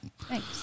Thanks